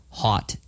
hot